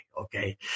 Okay